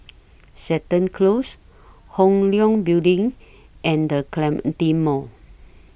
Seton Close Hong Leong Building and The Clementi Mall